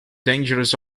dangerous